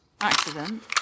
Accident